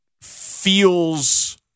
feels